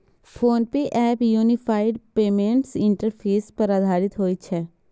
PhonePe app unified payments interface पर आधारित होइ छै